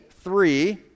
three